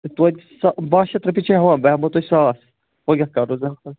تویتہِ سا بَہہ شَتھ رۄپیہِ چھِ ہٮ۪وان بہٕ ہٮ۪مو تۄہہِ ساس وۄنۍ کیٛاہ کَرو